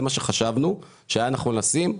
זה מה שחשבנו שהיה נכון לשים.